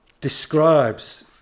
describes